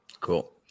Cool